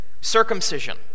circumcision